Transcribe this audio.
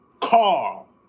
Carl